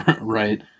Right